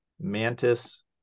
mantis